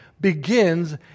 begins